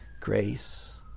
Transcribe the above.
grace